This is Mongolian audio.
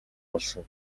болсон